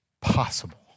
possible